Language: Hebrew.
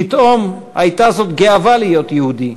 פתאום הייתה זו גאווה להית יהודי,